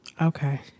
Okay